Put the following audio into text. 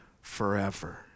forever